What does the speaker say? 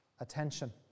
attention